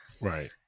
Right